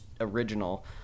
original